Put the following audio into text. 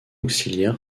auxiliaire